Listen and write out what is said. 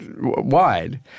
wide